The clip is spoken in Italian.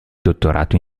dottorato